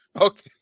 Okay